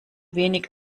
wenig